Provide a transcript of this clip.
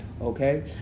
Okay